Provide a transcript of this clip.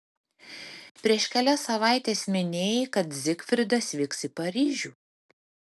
prieš kelias savaites minėjai kad zigfridas vyks į paryžių